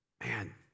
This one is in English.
Man